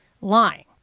lying